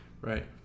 Right